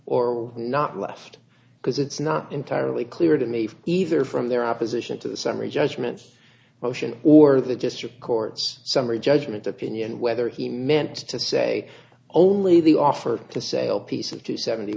or not left because it's not entirely clear to me either from their opposition to the summary judgment motion or the district court's summary judgment opinion whether he meant to say only the offer to sale piece of to seventy